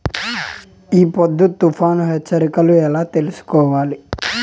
ఈ పొద్దు తుఫాను హెచ్చరికలు ఎలా తెలుసుకోవచ్చు?